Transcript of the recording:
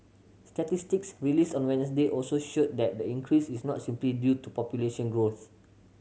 statistics released on Wednesday also showed that the increase is not simply due to population growth